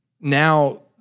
now